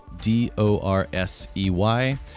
D-O-R-S-E-Y